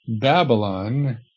Babylon